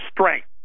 strength